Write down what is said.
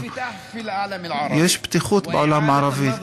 יש פתיחות בעולם הערבי,